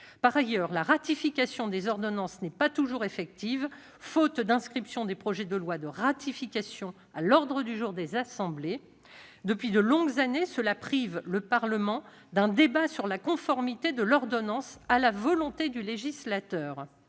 Par ailleurs, la ratification des ordonnances n'est pas toujours effective, faute d'inscription des projets de loi de ratification à l'ordre du jour des assemblées. Depuis de longues années, cela prive le Parlement d'un débat sur la conformité de l'ordonnance à la volonté du législateur.